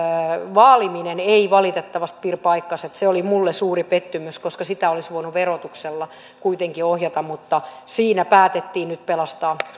vaaliminen ei valitettavasti pidä paikkaansa se oli minulle suuri pettymys koska sitä olisi voinut verotuksella kuitenkin ohjata mutta siinä päätettiin nyt pelastaa suomen